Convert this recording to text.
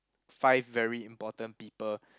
five very important people